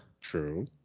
True